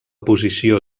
posició